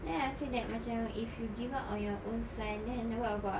then I feel that macam if you give up on your own son then what about